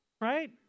right